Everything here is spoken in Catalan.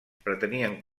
pretenien